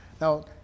Now